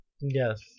Yes